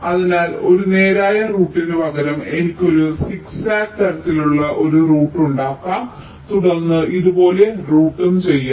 അതിനാൽ ഒരു നേരായ റൂട്ടറിനുപകരം എനിക്ക് ഒരു സിഗ് സാഗ് തരത്തിലുള്ള ഒരു റൂട്ട് ഉണ്ടാക്കാം തുടർന്ന് ഇതുപോലെ റൂട്ട് ചെയ്യാം